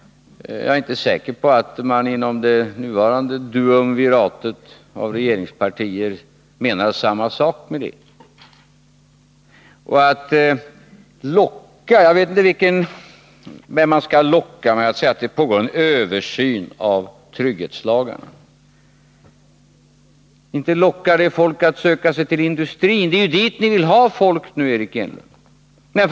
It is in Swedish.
Jag är inte säker på att man inom det nuvarande duumviratet av regeringspartier menar samma sak med det. Jag vet inte vem man skulle kunna locka med att säga att det pågår en översyn av trygghetslagarna. Inte lockar det folk att söka sig till industrin — det är ju dit ni vill ha folk nu, Eric Enlund!